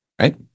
Right